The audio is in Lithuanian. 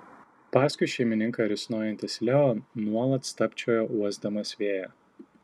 paskui šeimininką risnojantis leo nuolat stabčiojo uosdamas vėją